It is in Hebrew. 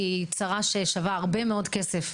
היא צרה שעושה הרבה מאוד כסף.